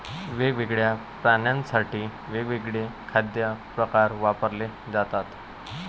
वेगवेगळ्या प्राण्यांसाठी वेगवेगळे खाद्य प्रकार वापरले जातात